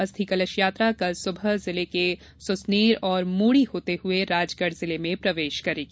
अस्थि कलश यात्रा कल सुबह जिले के सुसनेर और मोड़ी होती हुई राजगढ़ जिले में प्रवेश करेगी